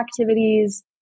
activities